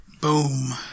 Boom